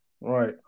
Right